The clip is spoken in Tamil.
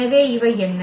எனவே இவை என்ன